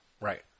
Right